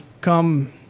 come